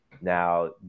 Now